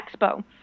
expo